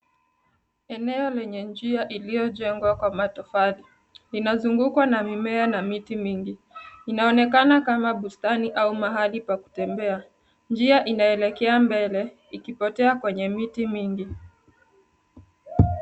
Eneo lenye njia iliyojengwa kwa matofali inazungukwa na mimea na miti mingi inaonekana kama bustani au mahali pa kutembea, njia inaelekea mbele ikipotea kwenye miti mingi.